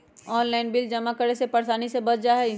Online bill जमा करे से परेशानी से बच जाहई?